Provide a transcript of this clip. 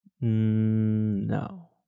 No